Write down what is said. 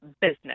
business